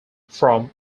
from